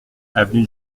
avenue